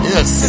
Yes